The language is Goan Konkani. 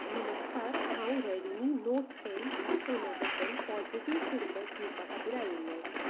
नमस्कार हांव रेडमी नोट टेन ह्या फोना बद्दल पॉजिटीव फिडबेक दिवपा खातीर आयिल्ले आसा